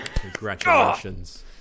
Congratulations